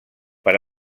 per